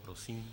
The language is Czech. Prosím.